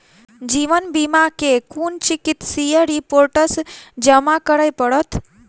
जीवन बीमा मे केँ कुन चिकित्सीय रिपोर्टस जमा करै पड़त?